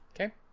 Okay